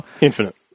infinite